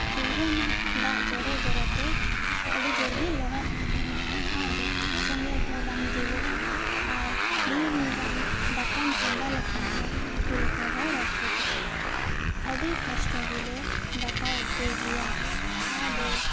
ᱪᱩᱞᱦᱟᱹ ᱢᱟ ᱫᱟᱜ ᱡᱚᱨᱚ ᱡᱚᱨᱚᱛᱮ ᱟᱹᱰᱤ ᱡᱳᱨᱜᱮ ᱞᱚᱦᱚᱫ ᱠᱚᱜᱼᱟ ᱟᱫᱚ ᱥᱮᱸᱜᱮᱞ ᱦᱚ ᱵᱟᱝ ᱡᱩᱞᱩᱜᱼᱟ ᱟᱨ ᱰᱷᱮᱨ ᱜᱟᱱ ᱫᱟᱠᱟᱢ ᱪᱚᱸᱫᱟ ᱞᱮᱠᱷᱟᱱ ᱦᱚᱸ ᱪᱩᱞᱦᱟᱹ ᱦᱚ ᱨᱟᱯᱩᱫᱚᱼᱟ ᱟᱹᱰᱤ ᱠᱚᱥᱴᱚ ᱜᱮᱞᱮ ᱫᱟᱠᱟ ᱩᱛᱩᱭ ᱜᱮᱭᱟ ᱟᱫᱚ